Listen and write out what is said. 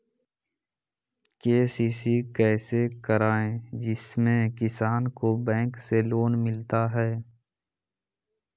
KCC कैसे कराये जिसमे किसान को बैंक से लोन मिलता है?